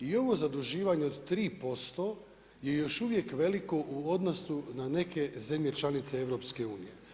I ovo zaduživanje od 3% je još uvijek veliko u odnosu na neke zemlje članice EU.